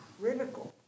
critical